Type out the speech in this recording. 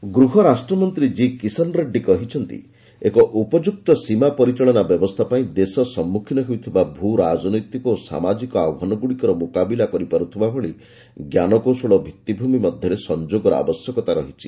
Reddy border ଗୃହ ରାଷ୍ଟ୍ର ମନ୍ତ୍ରୀ ଜି କିଶନ ରେଡ୍ଜୀ କହିଛନ୍ତି ଏକ ଉପଯୁକ୍ତ ସୀମା ପରିଚାଳନା ବ୍ୟବସ୍ଥା ପାଇଁ ଦେଶ ସମ୍ମୁଖୀନ ହେଉଥିବା ଭୂ ରାଜନୈତିକ ଓ ସାମାଜିକ ଆହ୍ୱାନଗୁଡ଼ିକର ମୁକାବିଲା କରିପାରୁଥିବା ଭଳି ଜ୍ଞାନକୌଶଳ ଓ ଭିଭିଭୂମି ମଧ୍ୟରେ ସଂଯୋଗର ଆବଶ୍ୟକତା ରହିଛି